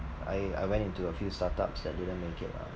I I went into a few startups that didn't make it lah